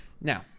Now